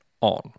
on